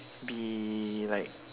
be like